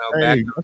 Hey